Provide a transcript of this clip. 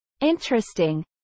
Interesting